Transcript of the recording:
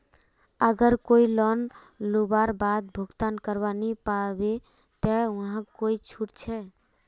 अगर कोई लोन लुबार बाद भुगतान करवा नी पाबे ते वहाक कोई छुट छे?